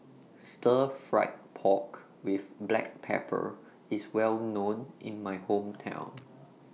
Stir Fried Pork with Black Pepper IS Well known in My Hometown